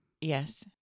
Yes